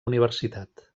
universitat